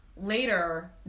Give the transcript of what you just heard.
Later